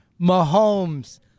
Mahomes